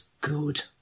good